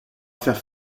faire